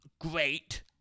great